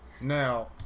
Now